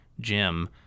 Jim